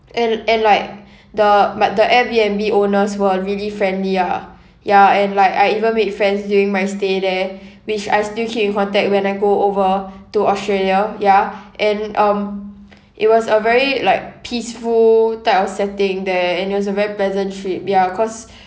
and and like the but the airbnb owners were really friendly ah ya and like I even made friends during my stay there which I still keep in contact when I go over to australia ya and um it was a very like peaceful type of setting there and it was a very pleasant trip ya cause